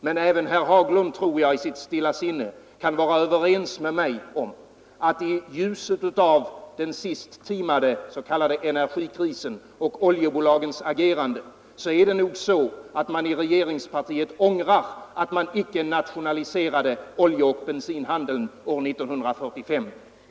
Men även herr Haglund tror jag i sitt stilla sinne kan vara överens med mig om att i ljuset av den sist timade s.k. energikrisen och oljebolagens agerande är det nog så att man i regeringspartiet ångrar att man icke nationaliserade oljeoch bensinhandeln 1945.